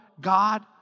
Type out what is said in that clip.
God